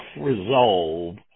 resolve